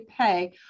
pay